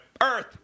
Earth